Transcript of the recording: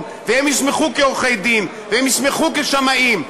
והם יוסמכו כעורכי-דין והם יוסמכו כשמאים.